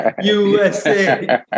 USA